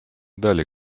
дали